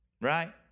right